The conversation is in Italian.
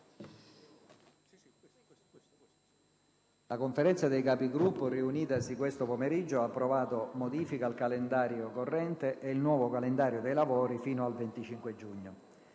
La Conferenza dei Capigruppo, riunitasi questo pomeriggio, ha approvato modifiche al calendario corrente e il nuovo calendario dei lavori fino al 25 giugno.